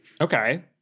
Okay